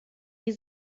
die